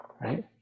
Right